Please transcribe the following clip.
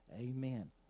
Amen